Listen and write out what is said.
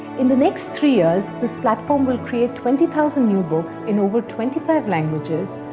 in the next three years, this platform will create twenty thousand new books in over twenty five languages,